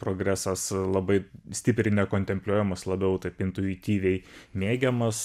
progresas labai stipriai nekontempliuojamas labiau taip intuityviai mėgiamas